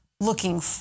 looking